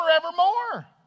forevermore